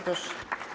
Proszę.